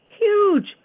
huge